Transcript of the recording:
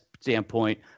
standpoint